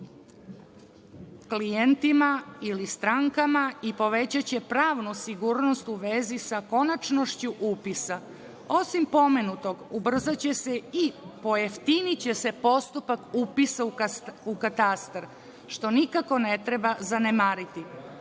klijentima ili strankama i povećaće pravnu sigurnost, u vezi sa konačnošću upisa. Osim pomenutog, ubrzaće se i pojeftiniće se postupak upisa u katastar, što nikako ne treba zanemariti.